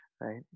right